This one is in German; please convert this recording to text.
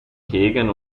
hegen